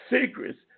secrets